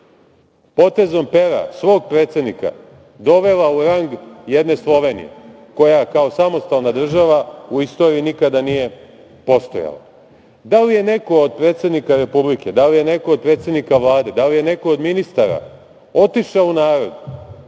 potezom pera svog predsednika dovela u rang jedne Slovenije koja kao samostalna država u istoriji nikada nije postojala. Da li je neko od predsednika Republike, da li je neko od predsednika Vlade, da li je neko od ministara otišao u narod,